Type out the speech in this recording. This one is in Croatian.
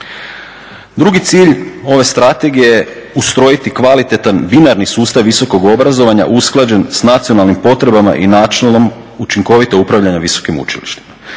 Drugi cilj ove strategije je ustrojiti kvalitetan binarni sustav visokog obrazovanja usklađen s nacionalnim potrebama i načelom učinkovitog upravljanja visokim učilištima.